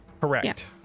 Correct